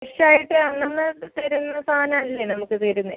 ഫ്രഷായിട്ട് അന്നന്ന് തരുന്ന സാധനമല്ലേ നമുക്ക് തരുന്നത്